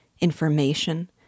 information